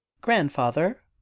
Grandfather